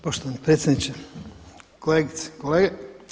Poštovani predsjedniče, kolegice i kolege.